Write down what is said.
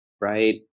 right